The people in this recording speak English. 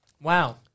Wow